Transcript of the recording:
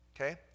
Okay